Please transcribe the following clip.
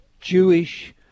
Jewish